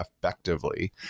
effectively